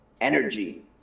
energy